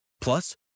Plus